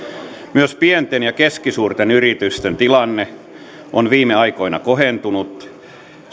myös pienten ja keskisuurten yritysten tilanne on viime aikoina kohentunut